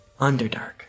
Underdark